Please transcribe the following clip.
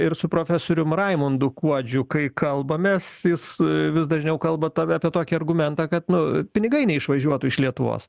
ir su profesorium raimundu kuodžiu kai kalbamės jis i vis dažniau kalba tave apie tokį argumentą kad nu pinigai neišvažiuotų iš lietuvos